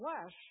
flesh